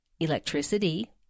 Electricity